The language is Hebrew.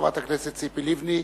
חברת הכנסת ציפי לבני.